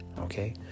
Okay